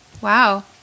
Wow